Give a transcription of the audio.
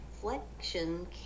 flexion